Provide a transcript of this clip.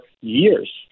years